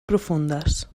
profundes